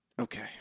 okay